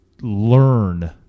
learn